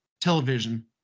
television